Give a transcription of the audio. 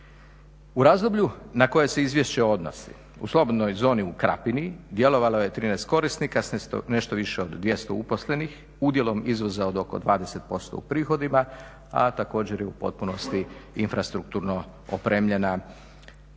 U razdoblju na koje se izvješće odnosi u slobodnoj zoni u Krapini djelovalo je 13 korisnika s nešto više od 200 uposlenih, udjelom izvoza od oko 20% u prihodima, a također je u potpunosti infrastrukturno opremljen. Veći dio